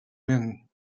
win